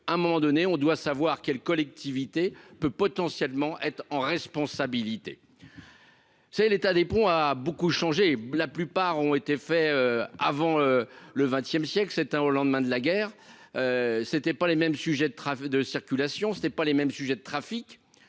à un moment donné, on doit savoir quelle collectivité peut potentiellement être en responsabilité, c'est l'état des ponts a beaucoup changé, la plupart ont été faits avant le 20ème siècle c'est au lendemain de la guerre, c'était pas les mêmes sujets de travaux de circulation, ce n'est pas les mêmes sujets de trafic,